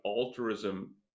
altruism